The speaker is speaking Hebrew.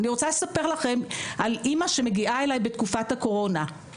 אני רוצה לספר לכם על אמא שמגיעה אליי בתקופת הקורונה,